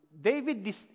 David